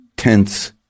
tense